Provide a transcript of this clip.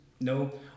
No